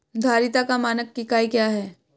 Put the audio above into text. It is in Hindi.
धारिता का मानक इकाई क्या है?